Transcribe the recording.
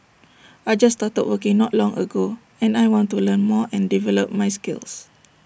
I just started working not long ago and I want to learn more and develop my skills